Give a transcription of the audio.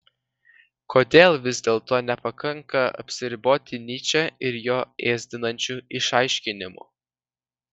kodėl vis dėlto nepakanka apsiriboti nyče ir jo ėsdinančiu išaiškinimu